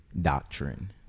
doctrine